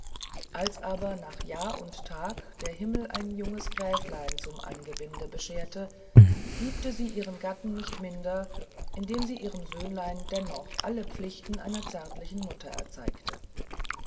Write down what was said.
als aber nach jahr und tag der himmel ein junges gräflein zum angebinde bescherte liebte sie ihren gatten nicht minder indem sie ihrem söhnlein dennoch alle pflichten einer zärtlichen mutter erzeigte